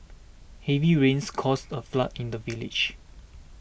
heavy rains caused a flood in the village